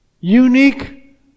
Unique